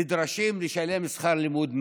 הם נדרשים לשלם שכר לימוד מלא,